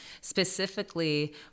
specifically